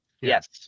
Yes